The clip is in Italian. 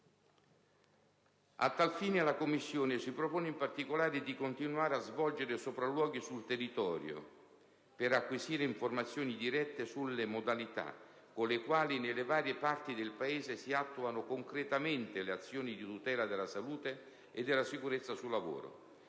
A tal fine, la Commissione si propone, in particolare, di continuare a svolgere sopralluoghi sul territorio, per acquisire informazioni dirette sulle modalità con le quali, nelle varie parti del Paese, si attuano concretamente le azioni di tutela della salute e della sicurezza sul lavoro.